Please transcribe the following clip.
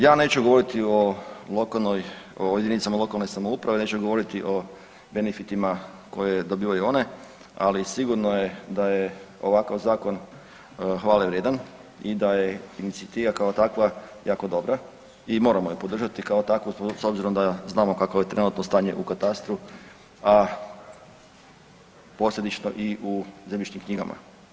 Ja neću govoriti o lokalnoj, o JLS, neću govoriti o benefitima koje dobivaju one, ali sigurno je da je ovakav zakon hvale vrijedan i da je inicijativa kao takva jako dobra i moramo je podržati kao takvu s obzirom da znamo kakvo je trenutno stanje u katastru, a posljedično i u zemljišnim knjigama.